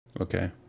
okay